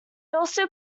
also